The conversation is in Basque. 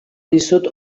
dizut